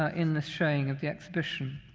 ah in this showing of the exhibition.